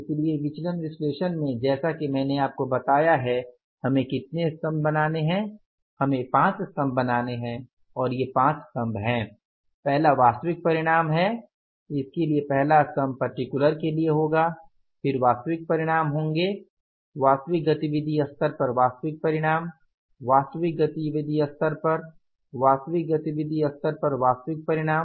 इसलिए विचलन विश्लेषण में जैसा कि मैंने आपको बताया है हमें कितने स्तम्भ बनाने हैं हमें पांच स्तम्भ बनाने है और ये ५ स्तम्भ है पहला वास्तविक परिणाम है इसलिए पहला स्तम्भ पर्टिकुलर के लिए होगा फिर वास्तविक परिणाम होंगे वास्तविक गतिविधि स्तर पर वास्तविक परिणाम वास्तविक गतिविधि स्तर पर वास्तविक गतिविधि स्तर पर वास्तविक परिणाम